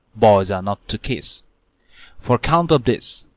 boys are not to kiss for count of this,